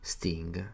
Sting